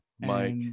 mike